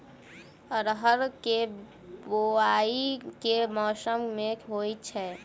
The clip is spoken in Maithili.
अरहर केँ बोवायी केँ मौसम मे होइ छैय?